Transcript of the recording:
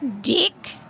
Dick